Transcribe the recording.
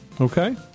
okay